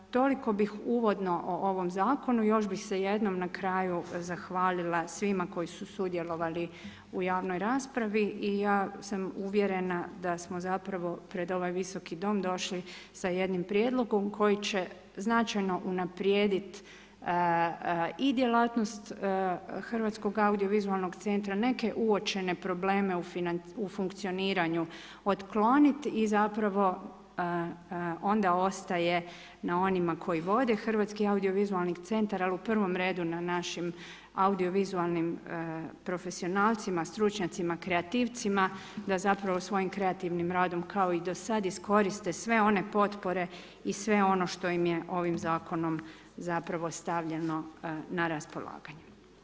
Toliko bih uvodno o ovom zakonu, još bih se jednom na kraju zahvalila svima koji su sudjelovali u javnoj raspravi i ja sam uvjerena da smo zapravo pred ovaj visoki Dom došli sa jednim prijedlogom koji će značajno unaprijedit i djelatnost HAVC-a, neke uočene probleme u funkcioniranju otkloniti i zapravo onda ostaje na onima koji vode HAVC, ali u prvom redu na našim audiovizualnim profesionalcima, stručnjacima, kreativcima da zapravo svojim kreativnim radom kao i do sad iskoriste sve one potpore i sve ono što im je ovim zakonom zapravo stavljeno na raspolaganje.